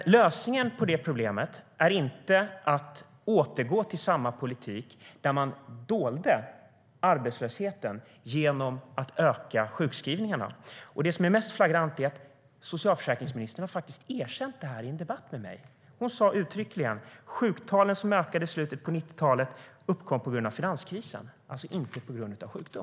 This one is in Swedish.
Men lösningen på det problemet är inte att återgå till den politik där man dolde arbetslösheten genom att öka sjukskrivningarna. Det som är mest flagrant är att socialförsäkringsministern faktiskt har erkänt detta i en debatt med mig. Hon sa uttryckligen: Sjuktalen som ökade i slutet av 90-talet uppkom på grund av finanskrisen, inte på grund av sjukdom.